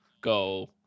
go